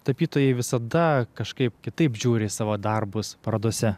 tapytojai visada kažkaip kitaip žiūri į savo darbus parodose